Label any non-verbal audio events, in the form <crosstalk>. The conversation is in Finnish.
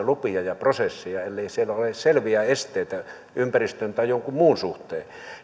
<unintelligible> lupia ja prosesseja ellei siellä ole selviä esteitä ympäristön tai jonkun muun suhteen